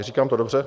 Říkám to dobře?